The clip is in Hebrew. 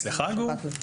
אצלך גור?